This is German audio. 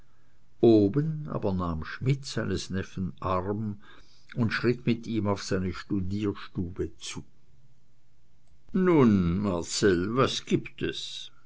oben aber nahm schmidt seines neffen arm und schritt mit ihm auf seine studierstube zu nun marcell was gibt es